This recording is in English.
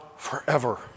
Forever